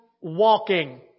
walking